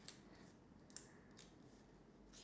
will you be asking me a lot of question